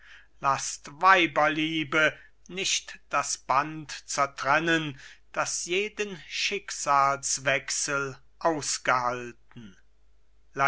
laßt weiberliebe nicht das band zertrennen das jeden schicksalswechsel ausgehalten